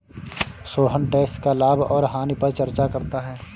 Sohan tax का लाभ और हानि पर चर्चा करता है